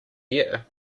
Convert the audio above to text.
year